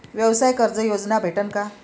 व्यवसाय कर्ज योजना भेटेन का?